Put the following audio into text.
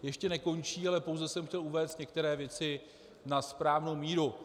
Ještě nekončí, ale pouze jsem chtěl uvést některé věci na správnou míru.